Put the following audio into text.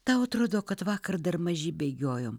tau atrodo kad vakar dar maži bėgiojom